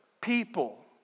people